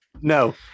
No